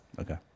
Okay